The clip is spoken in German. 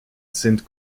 sind